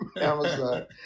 Amazon